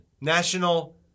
national